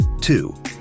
Two